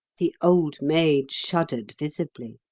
the old maid shuddered visibly.